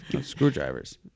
Screwdrivers